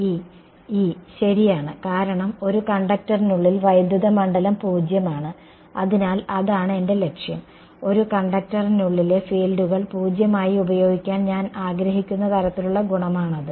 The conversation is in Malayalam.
E ശരിയാണ് കാരണം ഒരു കണ്ടക്ടറിനുള്ളിൽ വൈദ്യുത മണ്ഡലം 0 ആണ് അതിനാൽ അതാണ് എന്റെ ലക്ഷ്യം ഒരു കണ്ടക്ടറിനുള്ളിലെ ഫീൽഡുകൾ 0 ആയി ഉപയോഗിക്കാൻ ഞാൻ ആഗ്രഹിക്കുന്ന തരത്തിലുള്ള ഗുണമാണത്